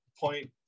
point